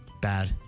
Bad